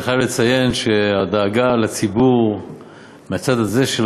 אני חייב לציין שהדאגה לציבור מהצד הזה של